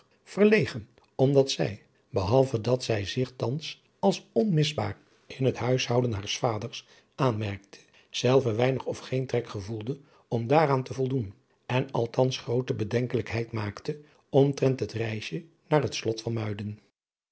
verlegen omdat zij behalve dat zij zich thans als onmisbaar in het huishouden haars vaders aanmerkte zelve weinig of geen trek gevoelde om daaraan te voldoen en althans groote bedenkelijkheid maakte omtrent het reisje naar het slot van muiden